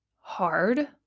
hard